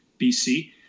BC